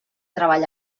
treball